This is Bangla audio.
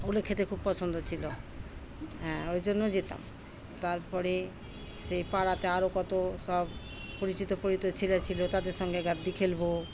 ওগুলো খেতে খুব পছন্দ ছিলো হ্যাঁ ওই জন্য যেতাম তারপরে সেই পাড়াতে আরও কত সব পরিচিত ছেলে ছিলো তাদের সঙ্গে গাদি খেলবো